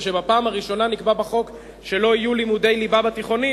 ושבפעם הראשונה נקבע בחוק שלא יהיו לימודי ליבה בתיכונים